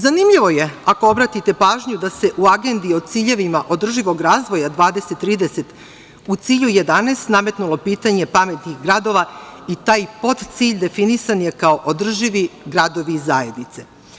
Zanimljivo je, ako obratite pažnju, da se u Agendi o ciljevima održivog razvoja 2030, u cilju 11, nametnulo pitanje pametnih gradova i taj pod cilj definisan je kao održivi gradovi i zajednice.